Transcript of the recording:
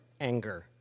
anger